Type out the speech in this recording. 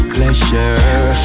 Pleasure